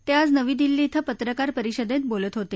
ते आज नवी दिल्ली धिं पत्रकार परिषदेत बोलत होते